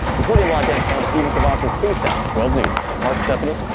reporting live downtown steven cavazos ksat twelve news mark stephanie.